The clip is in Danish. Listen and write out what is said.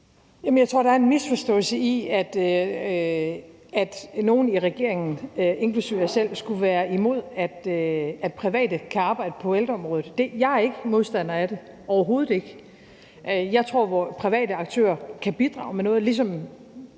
Jeg tror, at der er en misforståelse i, at nogle i regeringen, inklusive mig selv, skulle være imod, at private aktører kan arbejde på ældreområdet. Jeg er ikke modstander af det, overhovedet ikke. Jeg tror, at private aktører kan bidrage med noget.